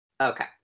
Okay